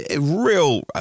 real